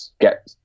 Get